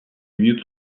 mieux